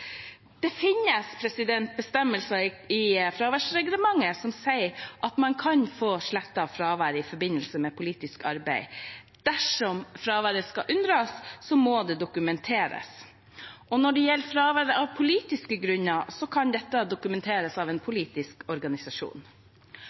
Det finnes bestemmelser i fraværsreglementet som sier at man kan få slettet fraværet i forbindelse med «politisk arbeid». Dersom fraværet skal unntas, må det dokumenteres. Når det gjelder fravær av politiske grunner, kan dette dokumenteres av en